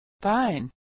Fine